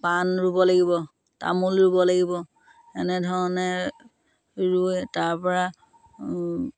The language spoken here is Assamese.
পাণ ৰুব লাগিব তামোল ৰুব লাগিব এনেধৰণে ৰুৱে তাৰ পৰা